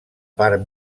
part